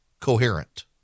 coherent